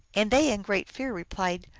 and they, in great fear, replied,